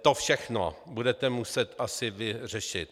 To všechno budete muset asi vy řešit.